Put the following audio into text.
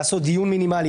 לעשות דיון מינימלי.